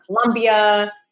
Colombia